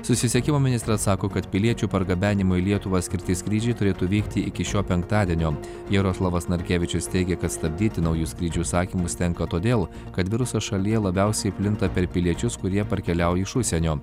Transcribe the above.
susisiekimo ministras sako kad piliečių pargabenimui į lietuvą skirti skrydžiai turėtų vykti iki šio penktadienio jaroslavas narkevičius teigia kad stabdyti naujų skrydžių užsakymus tenka todėl kad virusas šalyje labiausiai plinta per piliečius kurie parkeliauja iš užsienio